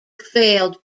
failed